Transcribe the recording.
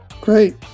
Great